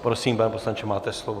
Prosím, pane poslanče, máte slovo.